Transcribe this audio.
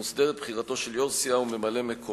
מוסדרת בחירתו של יושב-ראש סיעה וממלא-מקומו,